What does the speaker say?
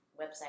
website